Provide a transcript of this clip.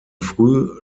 früh